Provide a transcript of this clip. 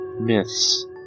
myths